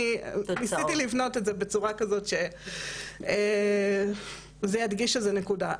ניסיתי לבנות את זה בצורה כזאת שזה ידגיש איזו נקודה.